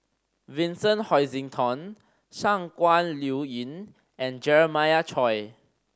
Vincent Hoisington Shangguan Liuyun and Jeremiah Choy